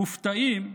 מופתעים.